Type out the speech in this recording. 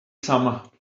some